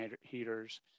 heaters